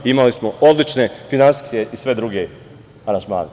Imali smo odlične finansijske i sve druge aranžmane.